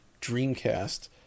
Dreamcast